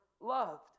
loved